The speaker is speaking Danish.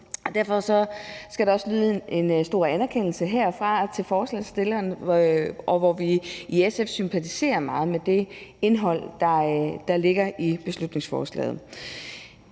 Derfor skal der også lyde en stor anerkendelse herfra til forslagsstillerne. Vi sympatiserer i SF meget med det indhold, der ligger i beslutningsforslaget.